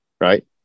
Right